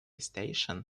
station